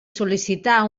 sol·licitar